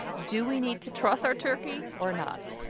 do we need to truss our turkey or not?